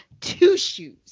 Two-Shoes